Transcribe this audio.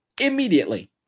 immediately